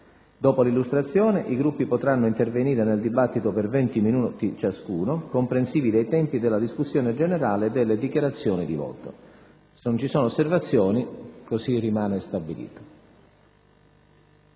Dopo l'illustrazione, i Gruppi potranno intervenire nel dibattito per venti minuti ciascuno, comprensivi dei tempi della discussione generale e delle dichiarazioni di voto. Se non ci sono osservazioni, così rimane stabilito.